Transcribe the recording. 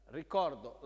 ricordo